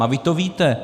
A vy to víte.